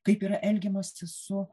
kaip yra elgiamasi su